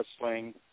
wrestling